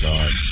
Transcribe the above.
God